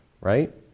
right